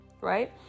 right